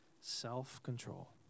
Self-control